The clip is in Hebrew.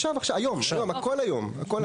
עכשיו, היום; הכל היום.